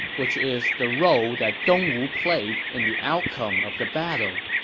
which is the role that dongwu played in the outcome of the battle.